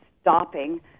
stopping